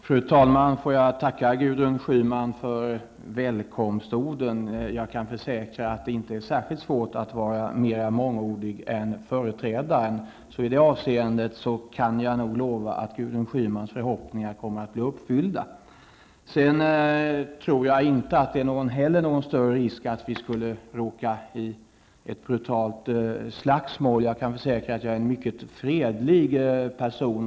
Fru talman! Jag tackar Gudrun Schyman för välkomstorden. Jag kan försäkra att det inte är särskilt svårt att vara mer mångordig än min företrädare. I detta avseende kan jag lova att Gudrun Schymans förhoppningar kommer att bli uppfyllda. Jag tror inte heller att det är någon större risk för att Gudrun Schyman och jag skall råka i ett brutalt slagsmål. Jag kan försäkra att jag är en mycket fredlig person.